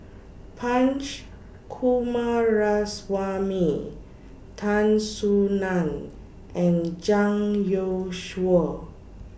Punch Coomaraswamy Tan Soo NAN and Zhang Youshuo